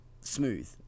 smooth